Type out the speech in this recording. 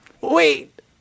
wait